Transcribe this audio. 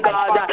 God